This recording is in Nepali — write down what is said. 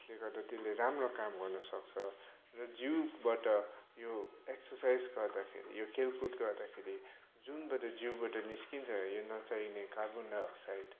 जसले गर्दा त्यसले राम्रो काम गर्नुसक्छ र जिउबाट यो एक्सरसाइज गर्दाखेरि यो खेलकुद गर्दाखेरि जुनबाट जिउबाट निस्किन्छ यो नचाहिने कार्बन डाईअक्साइड